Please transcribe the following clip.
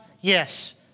Yes